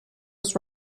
was